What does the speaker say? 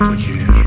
again